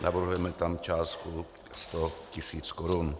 Navrhujeme tam částku sto tisíc korun.